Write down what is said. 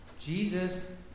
Jesus